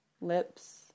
lips